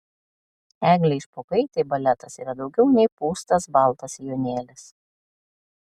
eglei špokaitei baletas yra daugiau nei pūstas baltas sijonėlis